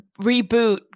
reboot